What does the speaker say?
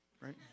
Right